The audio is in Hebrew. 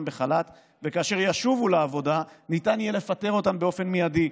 בחל"ת וכאשר ישובו לעבודה ניתן יהיה לפטר אותן באופן מיידי.